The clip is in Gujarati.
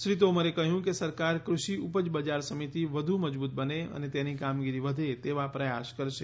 શ્રી તોમરે કહ્યું કે સરકાર ક્રષિ ઉપજ બજાર સમિતિ વધુ મજબુત બને અને તેની કામગીરી વધે તેવા પ્રયા કરશે